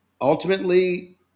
ultimately